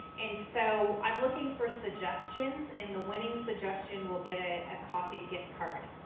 and so i'm looking for suggestions, and the winning suggestion will get a coffee gift card.